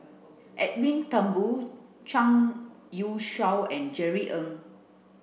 Edwin Thumboo Zhang Youshuo and Jerry Ng